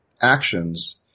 actions